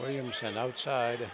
williams and outside